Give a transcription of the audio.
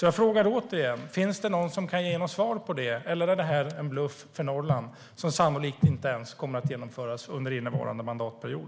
Jag frågar återigen: Finns det någon som kan ge något svar på det, eller är det en bluff för Norrland som sannolikt inte ens kommer att genomföras under innevarande mandatperiod?